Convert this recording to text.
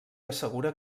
assegura